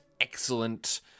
excellent